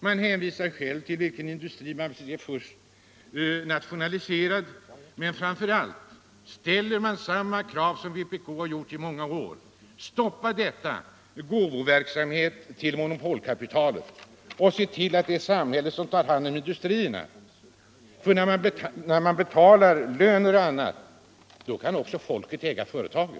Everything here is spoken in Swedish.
Man anvisar vilken industri som först bör nationaliseras, men framför allt ställs samma krav som vpk gjort i många år: Stoppa gåvoverksamheten till monopolkapitalet och se till att samhället tar hand om industrierna! När samhället ändå betalar lönerna och annat, kan folket också äga företagen.